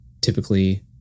typically